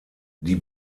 die